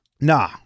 No